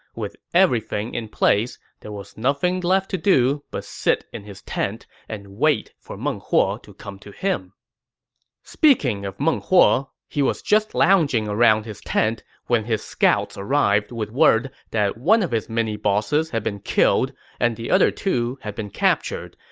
with everything in place, there was nothing left to do but sit in his tent and wait for meng huo to come to him speaking of meng huo, he was just lounging around his tent when his scouts arrived with word that one of his mini-bosses had been killed and the other two were captured,